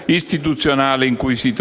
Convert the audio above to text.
Esecutivo di sopravvivenza